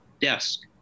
desk